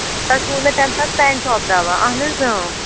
تۄہہِ تھوٚو مےٚ تَمہِ ساتہٕ پینٹاپ دوا اہن حظ اۭں